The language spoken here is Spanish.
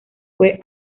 fue